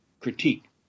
critique